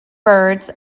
birds